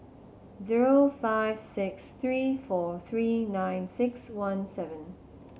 zero five six three four three nine six one seven